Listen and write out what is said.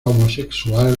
homosexual